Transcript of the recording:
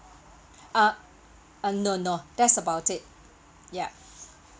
uh uh no no that's about it yup